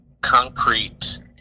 concrete